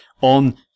on